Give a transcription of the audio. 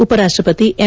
ಉಪರಾಷ್ಟ ಪತಿ ಎಂ